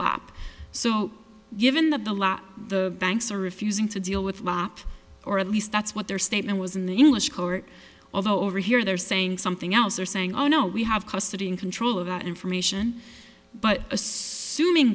lap so given the the law the banks are refusing to deal with lop or at least that's what their statement was in the english court although over here they're saying something else they're saying oh no we have custody in control of that information but